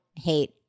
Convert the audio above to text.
hate